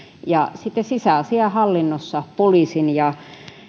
ja sisäasiainhallinnossa poliisin ja